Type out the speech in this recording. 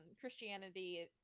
christianity